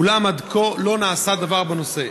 אולם עד כה לא נעשה דבר בנושא.